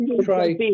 try